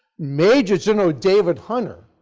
major general david hunter